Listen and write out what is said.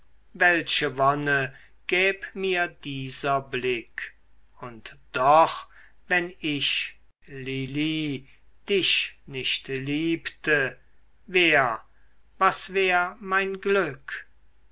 welche wonne gäb mir dieser blick und doch wenn ich lili dich nicht liebte wär was wär mein glück